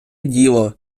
діло